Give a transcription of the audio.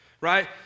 right